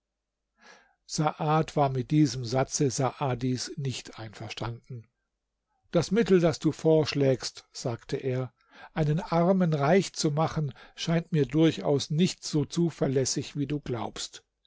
saad war mit diesem satze saadis nicht einverstanden das mittel das du vorschlägst sagte er einen armen reich zu machen scheint mir durchaus nicht so zuverlässig wie du glaubst